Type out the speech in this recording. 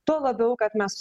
tuo labiau kad mes